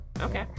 Okay